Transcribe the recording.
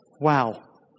Wow